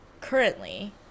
currently